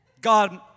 God